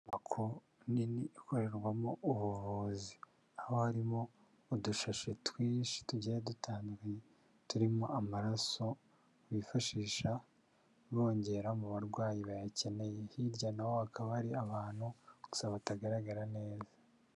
Inyubako nini ikorerwamo ubuvuzi, aho harimo udushashi twinshi tugiye dutandukanye turimo amaraso bifashisha bongera mu barwayi bayakeneye, hirya na ho hakaba hari abantu gusa batagaragara neza.